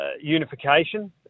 unification